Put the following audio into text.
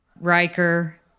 Riker